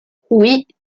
oui